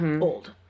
old